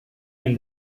and